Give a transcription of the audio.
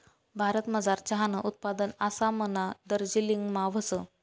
भारतमझार चहानं उत्पादन आसामना दार्जिलिंगमा व्हस